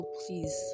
please